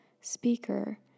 speaker